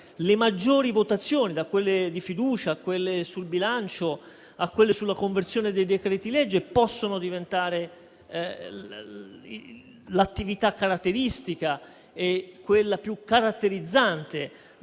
le maggiori votazioni, da quelle di fiducia a quelle sul bilancio, a quelle sulla conversione dei decreti-legge, possono diventare l'attività caratteristica e quella più caratterizzante